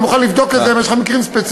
אני מוכן לבדוק את זה אם יש לך מקרים ספציפיים.